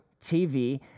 TV